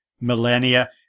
millennia